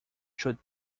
should